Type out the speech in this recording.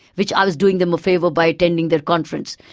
which i was doing them a favour by attending their conference,